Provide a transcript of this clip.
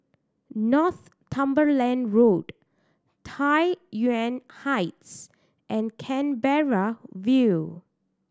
Northumberland Road Tai Yuan Heights and Canberra View